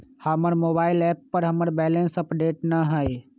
हमर mobile app पर हमर बैलेंस अपडेट न हई